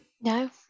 No